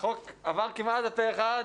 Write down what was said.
החוק עבר כמעט פה אחד.